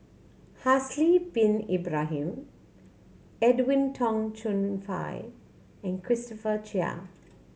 Haslir Bin Ibrahim Edwin Tong Chun Fai and Christopher Chia